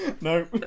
No